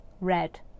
red